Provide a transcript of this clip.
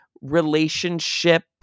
relationship